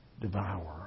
devour